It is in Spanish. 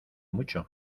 mucho